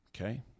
Okay